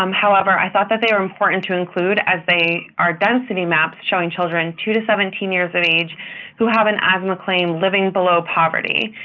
um however, i thought that they were important to include, as they are density maps showing children two to seventeen years of age who have an asthma claim living below poverty.